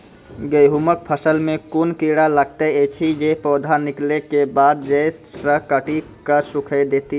गेहूँमक फसल मे कून कीड़ा लागतै ऐछि जे पौधा निकलै केबाद जैर सऽ काटि कऽ सूखे दैति छै?